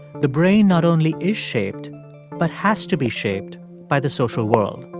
the brain not only is shaped but has to be shaped by the social world.